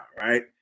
right